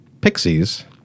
Pixies